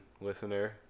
listener